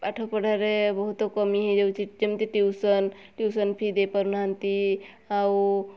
ପାଠ ପଢ଼ାରେ ବହୁତ କମି ହୋଇଯାଉଛି ଯେମିତି ଟିଉସନ୍ ଟିଉସନ୍ ଫି ଦେଇପାରୁନାହାନ୍ତି ଆଉ